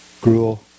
gruel